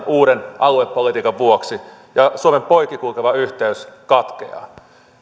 uuden aluepolitiikan vuoksi ja suomen poikki kulkeva yhteys katkeaa